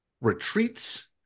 retreats